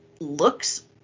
looks